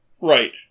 right